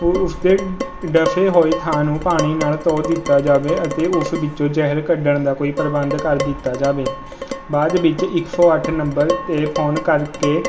ਉ ਉਸਦੇ ਡੱਸੇ ਹੋਏ ਥਾਂ ਨੂੰ ਪਾਣੀ ਨਾਲ ਧੋ ਦਿੱਤਾ ਜਾਵੇ ਅਤੇ ਉਸ ਵਿੱਚੋਂ ਜ਼ਹਿਰ ਕੱਢਣ ਦਾ ਕੋਈ ਪ੍ਰਬੰਧ ਕਰ ਦਿੱਤਾ ਜਾਵੇ ਬਾਅਦ ਵਿੱਚ ਇੱਕ ਸੌ ਅੱਠ ਨੰਬਰ 'ਤੇ ਫੋਨ ਕਰਕੇ